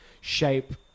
shape